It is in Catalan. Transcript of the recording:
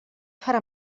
farà